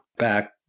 back